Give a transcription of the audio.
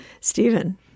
Stephen